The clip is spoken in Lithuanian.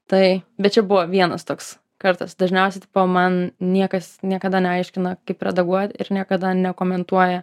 tai bet čia buvo vienas toks kartas dažniausiai tipo man niekas niekada neaiškina kaip redaguot ir niekada nekomentuoja